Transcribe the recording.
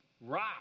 rock